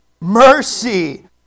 Mercy